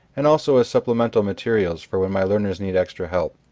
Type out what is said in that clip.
and also as supplemental materials for when my learners need extra help.